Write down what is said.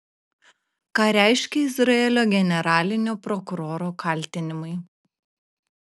ką reiškia izraelio generalinio prokuroro kaltinimai